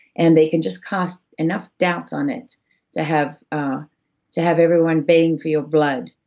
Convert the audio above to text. and they can just cast enough doubt on it to have ah to have everyone baying for your blood,